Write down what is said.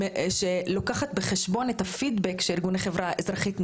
שלוקחת בחשבון את הפידבק שארגוני חברה אזרחית נותנים,